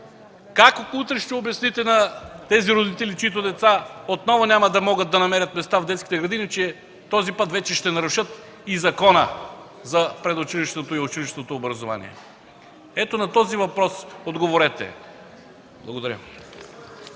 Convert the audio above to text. как утре ще обясните на тези родители, чиито деца отново няма да могат да намерят места в детските градини, че този път вече ще нарушат и Закона за предучилищното и училищно образование? Ето на този въпрос отговорете. Благодаря.